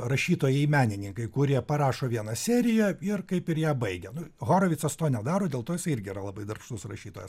rašytojai menininkai kurie parašo vieną seriją ir kaip ir ją baigia nu horovicas to nedaro dėl to jisai irgi yra labai darbštus rašytojas